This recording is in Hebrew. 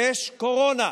יש קורונה.